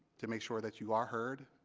to make sure that you are heard